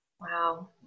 Wow